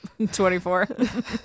24